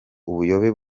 ubuyobe